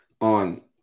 on